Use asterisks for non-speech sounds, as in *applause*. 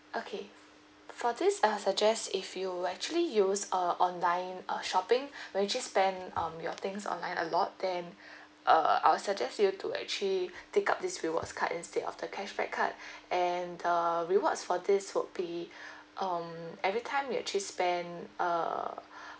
okay for this I'll suggest if you actually use uh online uh shopping *breath* where actually spend um your things online a lot then *breath* uh I'll suggest you to actually *breath* take up this rewards card instead of the cashback card *breath* and the rewards for this would be *breath* um every time you actually spend uh